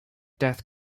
death